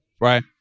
right